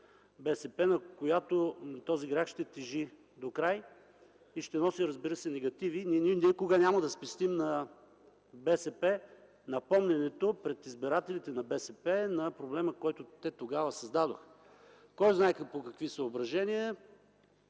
БСП, на която този грях ще тежи докрай и ще носи, разбира се, негативи и ние никога няма да спестим на БСП напомнянето пред избирателите на БСП на проблема, който те тогава създадоха. Кой знае по какви съображения,